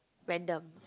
random